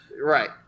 Right